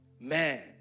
man